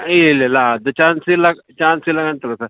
ಇಲ್ಲಿಲ್ಲ ಅದು ಚಾನ್ಸ್ ಇಲ್ಲ ಚಾನ್ಸ್ ಇಲ್ಲ ಅಂತದೆ ಸರ್